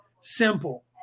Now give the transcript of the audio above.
simple